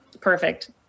Perfect